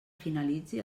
finalitzi